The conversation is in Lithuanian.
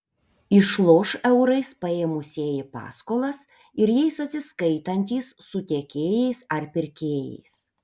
išloš eurais paėmusieji paskolas ir jais atsiskaitantys su tiekėjais ar pirkėjais